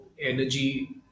energy